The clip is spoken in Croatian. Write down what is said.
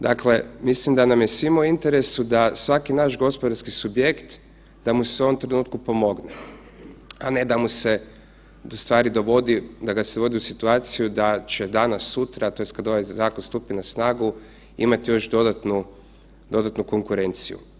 Dakle, mislim da nam je svima u interesu da svaki naš gospodarski subjekt da mu se u ovom trenutku pomogne, a ne da ga se vodi u situaciju da će danas sutra, tj. kad ovaj zakon stupi na snagu imati još dodatnu konkurenciju.